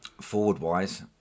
Forward-wise